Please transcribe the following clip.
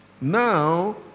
Now